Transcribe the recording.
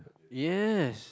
yes